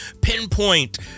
pinpoint